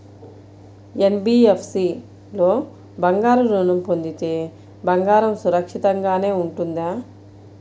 NBFC లో బంగారు ఋణం పొందితే బంగారం సురక్షితంగానే ఉంటుందా?